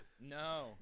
No